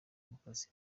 demukarasi